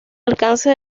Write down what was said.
alcance